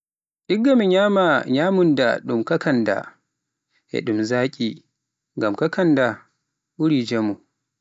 Igga mi nyama nyamunda ɗum kakanda e ɗum zaaki, ngam kakaanda ɓuri njamu.